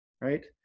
right